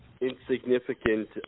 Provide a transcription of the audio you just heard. insignificant